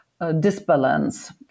disbalance